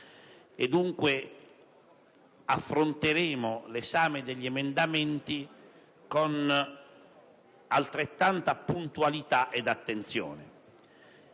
pertanto l'esame degli emendamenti con altrettanta puntualità e attenzione.